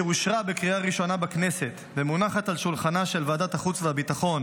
שאושרה בקריאה ראשונה בכנסת ומונחת על שולחנה של ועדת החוץ והביטחון